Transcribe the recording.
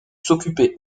s’occuper